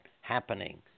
happening